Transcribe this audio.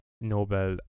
Nobel